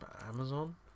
Amazon